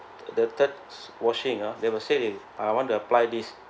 the third washing ah they would say they I want to apply this